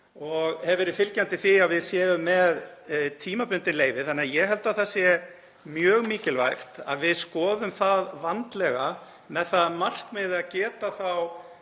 og hef verið fylgjandi því að við séum með tímabundið leyfi. Ég held því að það sé mjög mikilvægt að við skoðum það vandlega með það að markmiði að geta þá